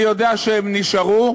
אני יודע שהם נשארו,